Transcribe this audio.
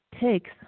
takes